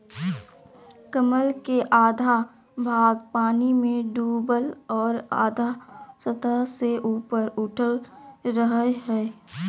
कमल के आधा भाग पानी में डूबल और आधा सतह से ऊपर उठल रहइ हइ